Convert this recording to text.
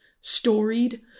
storied